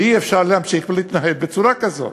שאי-אפשר להמשיך להתנהל בצורה כזאת.